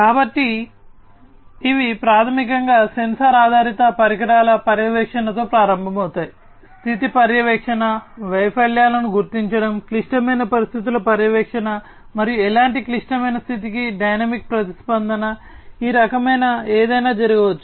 కాబట్టి ఇవి ప్రాథమికంగా సెన్సార్ ఆధారిత పరికరాల పర్యవేక్షణతో ప్రారంభమవుతాయి స్థితి పర్యవేక్షణ వైఫల్యాలను గుర్తించడం క్లిష్టమైన పరిస్థితుల పర్యవేక్షణ మరియు ఎలాంటి క్లిష్టమైన స్థితికి డైనమిక్ ప్రతిస్పందన ఈ రకమైన ఏదైనా జరగవచ్చు